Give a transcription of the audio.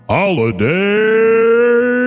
Holiday